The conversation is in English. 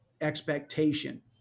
expectation